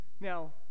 Now